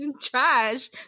Trash